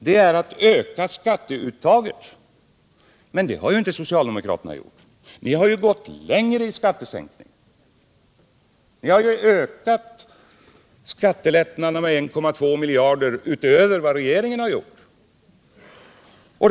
Socialdemokraterna har inte föreslagit att vi skall öka skatteuttaget. Ni har i stället föreslagit skattelättnader som är 1,2 miljarder större än de lättnader regeringen har föreslagit.